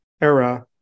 era